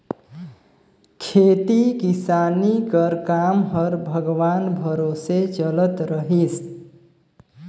खेती किसानी कर काम हर भगवान भरोसे चलत रहिस